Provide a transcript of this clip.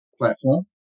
platform